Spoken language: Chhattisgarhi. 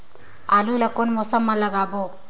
आलू ला कोन मौसम मा लगाबो?